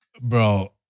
Bro